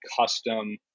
custom